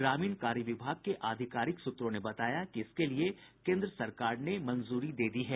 ग्रामीण कार्य विभाग के आधिकारिक सूत्रों ने बताया कि इसके लिए केन्द्र सरकार ने स्वीकृति दे दी है